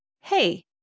Hey